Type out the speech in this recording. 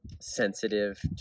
sensitive